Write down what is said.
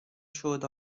showed